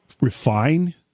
refine